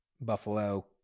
Buffalo